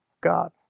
God